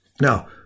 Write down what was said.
Now